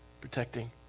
protecting